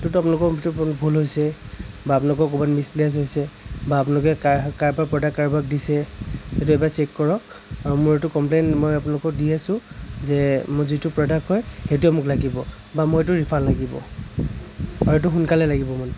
সেইটোতো আপোনালোকৰ ভুল হৈছে বা আপোনালোকৰ ক'ৰবাত মিচমেটচ হৈছে বা আপোনালোকে কাৰ কাৰোবাৰ প্ৰডাক্ট কাৰোবাক দিছে সেইটো এবাৰ চেক কৰক আৰু মোৰ এইটো কমপ্লেইন মই আপোনালোকক দি আছোঁ যে মোৰ যিটো প্ৰডাক্ট হয় সেইটোৱেই মোক লাগিব বা মোক সেইটো ৰীফাণ্ড লাগিব আৰু সেইটো সোনকালে লাগিব মানে